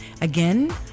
Again